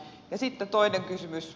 ja sitten toinen kysymys